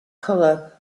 color